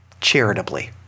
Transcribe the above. charitably